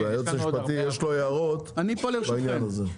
והיועץ המשפטי יש לו הרבה הערות על החוק הזה.